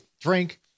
drink